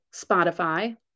Spotify